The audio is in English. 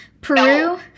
Peru